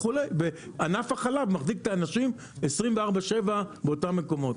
ענף החלב מחזיק את האנשים 24/7 באותם מקומות.